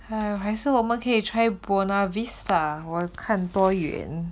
嘿还是我们可以 try buona vista 我看多云